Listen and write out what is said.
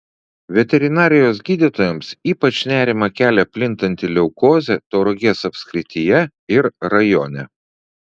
veterinarijos gydytojams ypač nerimą kelia plintanti leukozė tauragės apskrityje ir rajone